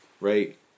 right